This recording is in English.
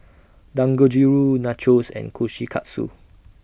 Dangojiru Nachos and Kushikatsu